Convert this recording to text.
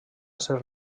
ser